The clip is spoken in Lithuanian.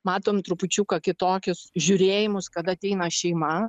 matom trupučiuką kitokius žiūrėjimus kada ateina šeima